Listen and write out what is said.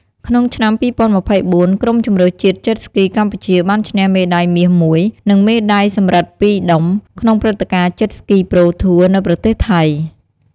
ក្នុងឆ្នាំ ២០២៤ ក្រុមជម្រើសជាតិ Jet Ski កម្ពុជា បានឈ្នះ មេដាយមាសមួយ និងមេដាយសំរិទ្ធពីរដុំ ក្នុងព្រឹត្តិការណ៍ Jet Ski Pro Tour នៅប្រទេសថៃ។